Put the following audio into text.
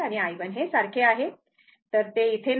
तर आता हे ओपन आहे म्हणजे ते तेथे नाही